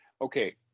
okay